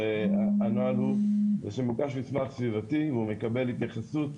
הנוהל הוא שמוגש מסמך סביבתי והוא מקבל התייחסות,